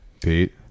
Pete